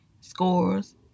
scores